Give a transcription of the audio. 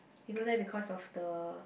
we go there because of the